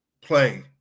play